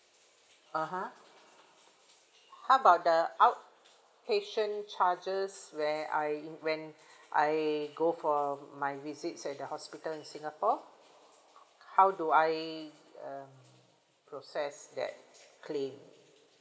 (uh huh) how about the outpatient charges where I in when I go for my visits at the hospital in singapore how do I um process that claim